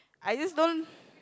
I just don't